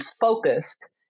focused